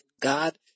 God